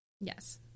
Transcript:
Yes